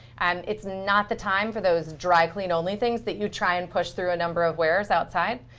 and it's not the time for those dry clean only things that you try and push through a number of wears outside.